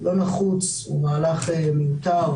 אבל זה לא יהיה באופן מיידי,